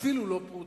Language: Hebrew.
אפילו לא פרוטה,